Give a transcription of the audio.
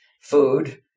food